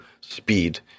speed